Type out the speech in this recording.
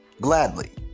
Gladly